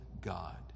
God